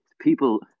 people